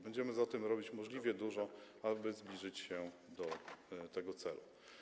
Będziemy robić możliwie dużo, aby zbliżyć się do tego celu.